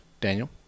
Daniel